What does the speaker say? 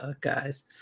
guys